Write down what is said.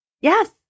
Yes